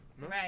Right